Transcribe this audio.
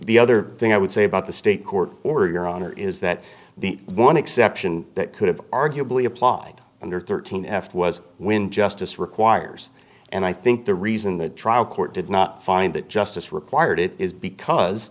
the other thing i would say about the state court or your honor is that the one exception that could have arguably applied under thirteen f was when justice requires and i think the reason the trial court did not find that justice required it is because